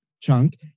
chunk